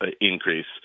increase